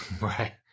right